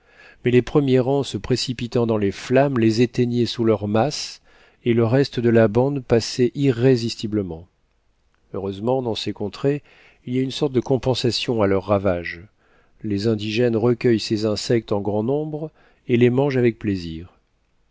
mais les premiers rangs se précipitant dans les flammes les éteignaient sous leur masse et le reste de la bande passait irrésistiblement heureusement dans ces contrées il y a une sorte de compensation à leurs ravages les indigènes recueillent ces insectes en grand nombre et les mangent avec plaisir